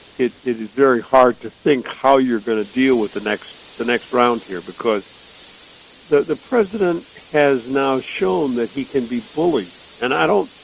it it is very hard to think how you're going to deal with the next the next round here, because the the president has now shown that he can be bullied, and i don't